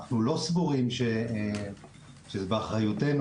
אנחנו לא סבורים שזה באחריותנו,